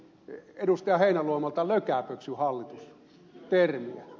heinäluomalta termiä lökäpöksyhallitus